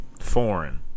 foreign